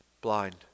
blind